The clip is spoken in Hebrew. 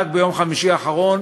רק ביום חמישי האחרון